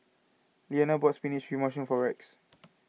Lliana bought spinach with mushroom for Rex